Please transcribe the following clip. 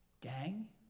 Gang